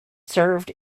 served